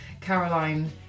Caroline